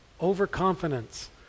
overconfidence